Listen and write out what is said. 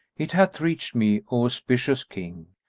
it hath reached me, o auspicious king,